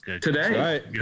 today